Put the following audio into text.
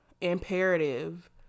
imperative